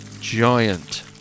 giant